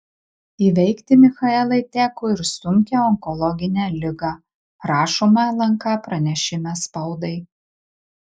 įveikti michaelai teko ir sunkią onkologinę ligą rašoma lnk pranešime spaudai